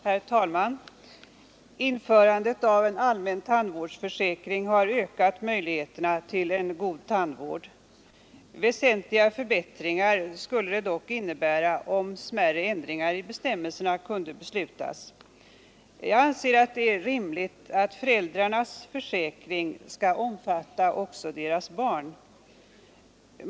Herr talman! Införandet av en allmän tandvårdsförsäkring har ökat möjligheterna till en god tandvård. Väsentliga förbättringar skulle det dock innebära om smärre ändringar i bestämmelserna kunde beslutas. Jag anser det rimligt att föräldrarnas försäkring skall omfatta också deras barn.